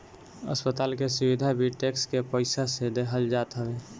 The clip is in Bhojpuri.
अस्पताल के सुविधा भी टेक्स के पईसा से देहल जात हवे